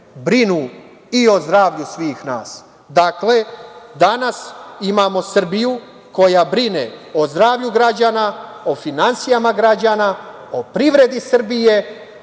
i o zdravlju svih nas. Dakle, danas imamo Srbiju koja brine o zdravlju građana, o finansijama građana, o privredi Srbije,